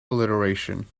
alliteration